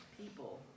people